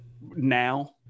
now